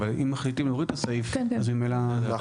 אבל אם מחליטים להוריד את הסעיף אז ממילא --- כן,